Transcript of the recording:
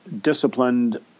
disciplined